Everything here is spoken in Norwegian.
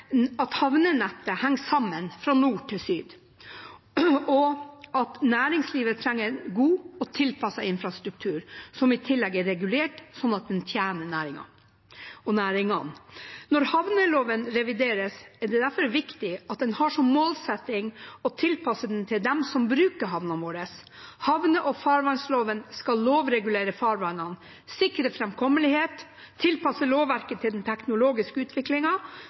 at havnenettet henger sammen fra nord til syd, og næringslivet trenger en god og tilpasset infrastruktur, som i tillegg er regulert slik at den tjener næringene. Når havneloven revideres, er det derfor viktig at en har som målsetting å tilpasse den til de som bruker havnene våre. Havne- og farvannsloven skal lovregulere farvannene, sikre framkommelighet, lovverket skal være tilpasset den teknologiske